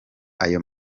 ayo